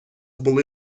були